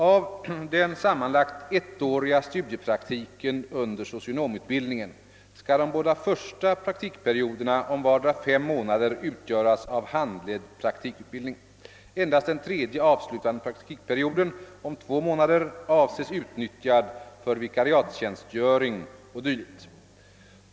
Av den sammanlagt ettåriga studiepraktiken under socionomutbildningen skall de båda första praktikperioderna om vardera fem månader utgöras av handledd praktikutbildning. Endast den tredje avslutande praktikperioden om två månader avses utnyttjad för vikariatstjänstgöring o. d.